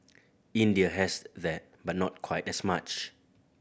India has that but not quite as much